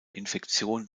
infektion